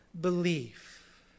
belief